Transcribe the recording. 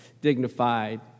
dignified